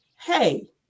hey